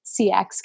CX